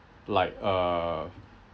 like uh